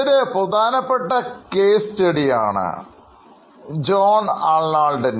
ഇതൊരു പ്രധാനപ്പെട്ട case study ആണ്